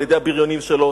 על-ידי הבריונים שלו,